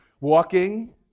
walking